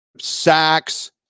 Sacks